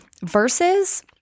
versus